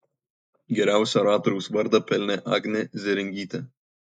geriausio oratoriaus vardą pelnė agnė zėringytė